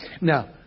Now